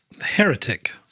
Heretic